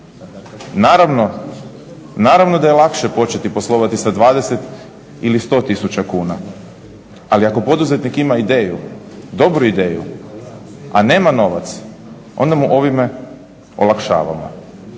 Naravno da je lakše početi poslovati sa 20 ili 100 tisuća kuna, ali ako poduzetnik ima ideju, dobru ideju, a nema novac onda mu ovime olakšavamo.